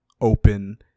open